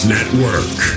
Network